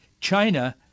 China